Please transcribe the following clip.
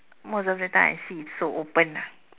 most of the time I see it's so open lah